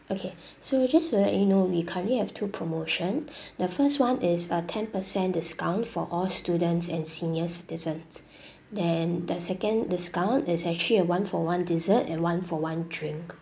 okay so just to let you know we currently have two promotion the first one is a ten percent discount for all students and senior citizens then the second discount is actually a one for one dessert and one for one drink